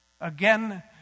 Again